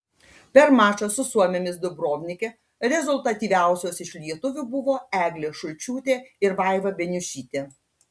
per mačą su suomėmis dubrovnike rezultatyviausios iš lietuvių buvo eglė šulčiūtė ir vaiva beniušytė